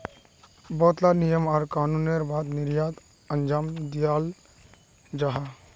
बहुत ला नियम आर कानूनेर बाद निर्यात अंजाम दियाल जाहा